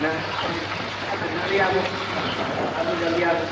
जल्दी आबू आबू जल्दी आबू